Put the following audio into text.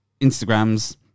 instagram's